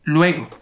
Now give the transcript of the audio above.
Luego